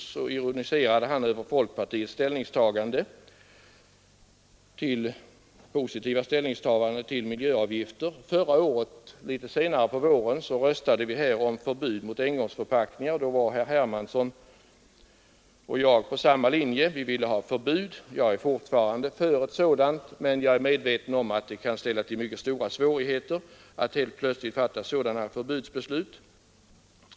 Han ironiserade över folkpartiets positiva ställningstagande till miljöavgifter förra året. Litet senare på våren röstade vi här om förbud mot engångsförpackningar, och då var herr Hermansson och jag på samma linje: Vi ville ha förbud. Jag är fortfarande för ett sådant, men jag är medveten om att det kan ställa till mycket stora svårigheter att helt plötsligt fatta sådana förbudsbeslut.